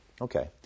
Okay